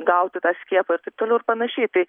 gauti tą skiepą ir taip toliau ir panašiai tai